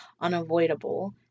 unavoidable